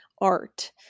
art